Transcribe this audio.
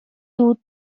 you